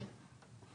כן.